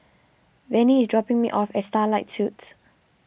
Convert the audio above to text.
Vannie is dropping me off at Starlight Suites